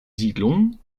siedlung